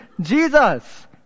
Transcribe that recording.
Jesus